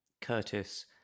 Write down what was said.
Curtis